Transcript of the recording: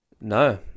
No